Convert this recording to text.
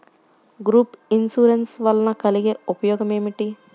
Group insurance వలన కలిగే ఉపయోగమేమిటీ?